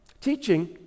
Teaching